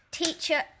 teacher